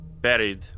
buried